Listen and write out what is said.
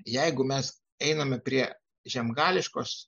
jeigu mes einame prie žiemgališkos